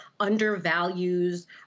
undervalues